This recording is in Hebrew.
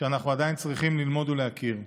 שאנחנו עדיין צריכים ללמוד ולהכיר.